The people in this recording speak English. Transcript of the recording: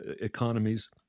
economies